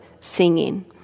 singing